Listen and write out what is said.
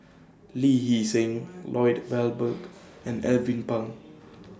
Lee Hee Seng Lloyd Valberg and Alvin Pang